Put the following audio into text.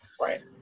Right